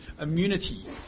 immunity